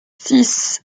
six